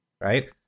right